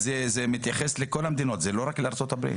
זה מתייחס לכל המדינות ולא רק לארצות הברית.